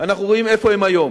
אנחנו רואים איפה הן היום.